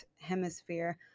hemisphere